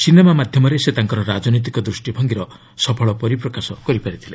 cinema ମାଧ୍ୟମରେ ସେ ତାଙ୍କର ରାଜନୈତିକ ଦୃଷ୍ଟିଭଙ୍ଗୀର ସଫଳ ପରିପ୍ରକାଶ କରିପାରିଥିଲେ